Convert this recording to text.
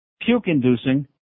puke-inducing